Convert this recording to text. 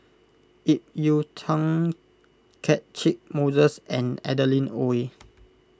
Ip Yiu Tung Catchick Moses and Adeline Ooi